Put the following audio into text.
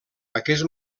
aquest